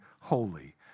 holy